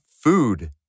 food